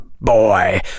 boy